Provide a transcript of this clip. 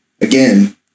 again